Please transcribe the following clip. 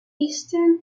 eastern